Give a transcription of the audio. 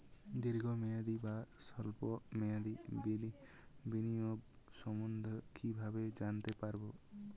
দীর্ঘ মেয়াদি বা স্বল্প মেয়াদি বিনিয়োগ সম্বন্ধে কীভাবে জানতে পারবো?